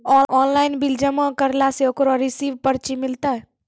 Online bill जमा करला से ओकरौ रिसीव पर्ची मिलतै?